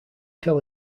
tell